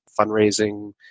fundraising